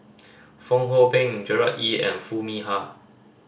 Fong Hoe Beng Gerard Ee and Foo Mee Har